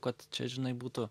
kad čia žinai būtų